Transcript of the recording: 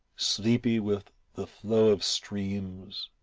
sleepy with the flow of streams,